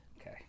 Okay